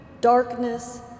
darkness